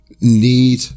need